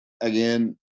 again